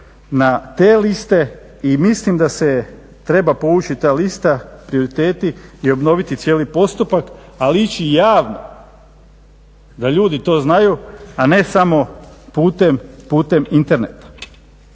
na te liste i mislim da se treba povući ta lista, prioriteti i obnoviti cijeli postupak, ali ići javno da ljudi to znaju, a ne samo putem interneta.